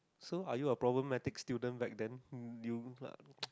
so are you a problematic student back then hmm you lah